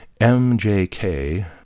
MJK